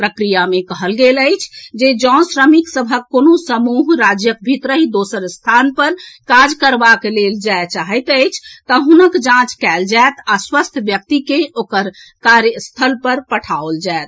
प्रक्रिया मे कहल गेल अछि जे जँ श्रमिक सभक कोनो समूह राज्यक भीतरहि दोसर स्थान पर काज करबाक लेल जाए चाहैत अछि तऽ हुनक जांच कएल जाएत आ स्वस्थ व्यक्ति के ओकर कार्य स्थल पर पठाओल जाएत